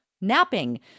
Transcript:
napping